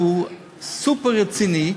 שהוא סופר-רציני,